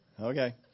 Okay